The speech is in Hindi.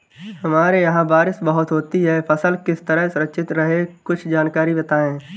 हमारे यहाँ बारिश बहुत होती है फसल किस तरह सुरक्षित रहे कुछ जानकारी बताएं?